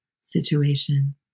situation